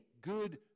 good